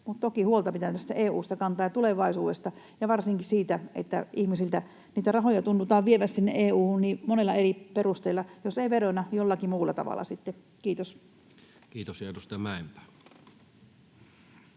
Mutta toki huolta pitää kantaa tästä EU:sta ja tulevaisuudesta ja varsinkin siitä, että ihmisiltä niitä rahoja tunnutaan vievän sinne EU:hun niin monella eri perusteella: jos ei verona, niin jollakin muulla tavalla sitten. — Kiitos. [Speech